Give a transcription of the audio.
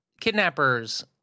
kidnappers